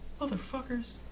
Motherfuckers